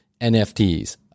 NFTs